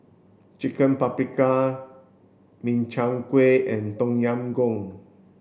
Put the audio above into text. chicken Paprikas Makchang Gui and Tom Yam Goong